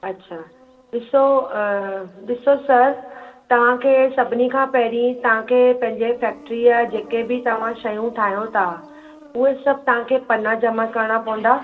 अच्छा ॾिसो ॾिसो सर तव्हां खे सभिनी खां पहिरीं तव्हां खे पंहिंजे फैक्ट्रीअ जा जेके बि तव्हां शयूं ठाहियो था उहे सभु तव्हां खे पन्ना जमा करणा पवंदा